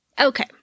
Okay